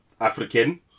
african